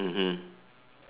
mmhmm